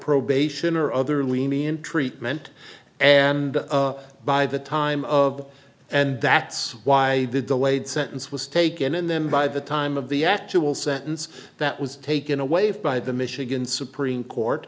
probation or other lenient treatment and by the time of and that's why the delayed sentence was taken and then by the time of the actual sentence that was taken away of by the michigan supreme court